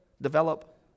develop